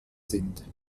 sind